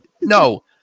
No